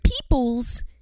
peoples